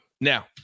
Now